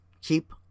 Keep